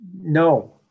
No